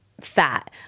Fat